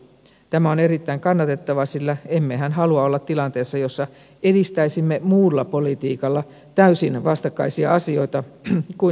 tämä on erittäin kannatettavaa sillä emmehän halua olla tilanteessa jossa edistäisimme muulla politiikalla täysin vastakkaisia asioita kuin samaan aikaan kehityspolitiikalla